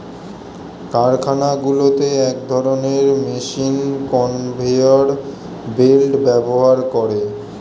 কারখানাগুলোতে এক ধরণের মেশিন কনভেয়র বেল্ট ব্যবহার করে